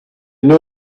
know